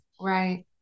Right